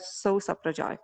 sausio pradžioj